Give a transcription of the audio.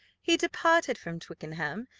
he departed from twickenham,